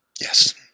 Yes